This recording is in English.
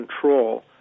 control